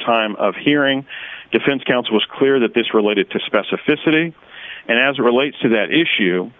time of hearing defense counsel it's clear that this related to specificity and as it relates to that issue